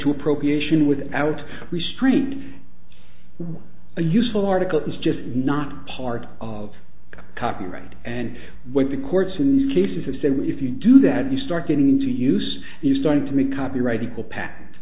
to appropriation without restraint was a useful article it's just not part of copyright and what the courts in these cases have said was if you do that you start getting into use you're starting to make copyright equal pat